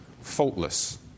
faultless